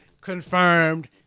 Confirmed